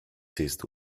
seized